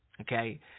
okay